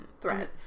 threat